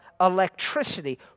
electricity